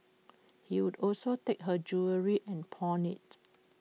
he would also take her jewellery and pawn IT